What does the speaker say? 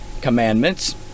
commandments